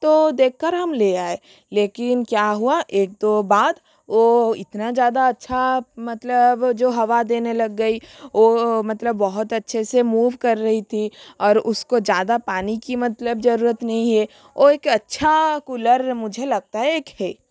तो देख कर हम ले आए लेकिन क्या हुआ एक दो बाद वो इतना जादा अच्छा मतलब जो हवा देने लग गई वो मतलब बहुत अच्छे से मूव कर रहा था और उसको ज़्यादा पानी की मतलब ज़रूरत नहीं है वो एक अच्छा कूलर मुझे लगता है एक है